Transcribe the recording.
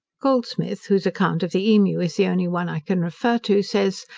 goldsmith, whose account of the emu is the only one i can refer to, says,